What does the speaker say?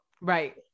Right